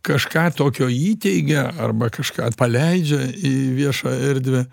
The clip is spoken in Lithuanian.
kažką tokio įteigia arba kažką paleidžia į viešą erdvę